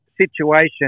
situation